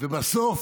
ובסוף